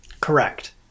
Correct